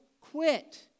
quit